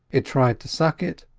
it tried to suck it,